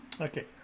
okay